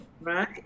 right